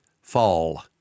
fall